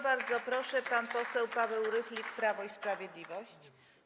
Bardzo proszę, pan poseł Paweł Rychlik, Prawo i Sprawiedliwość.